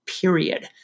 period